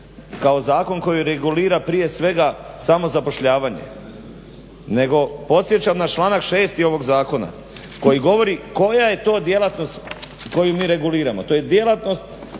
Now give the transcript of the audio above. kao zakon koji regulira prije svega samozapošljavanje, nego podsjećam na članak 6. ovog zakona koji govori koja je to djelatnost koju mi reguliramo, to je djelatnost